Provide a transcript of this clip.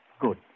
Good